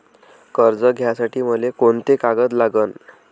कर्ज घ्यासाठी मले कोंते कागद लागन?